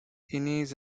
innes